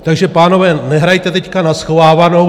Takže pánové, nehrajte teď na schovávanou.